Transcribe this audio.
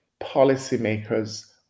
policymakers